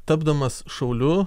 tapdamas šauliu